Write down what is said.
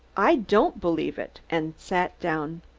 i don't believe it! and sat down.